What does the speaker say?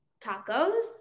tacos